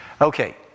Okay